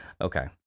Okay